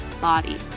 body